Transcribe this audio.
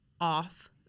off